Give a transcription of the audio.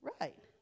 right